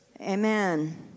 Amen